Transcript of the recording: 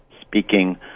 speaking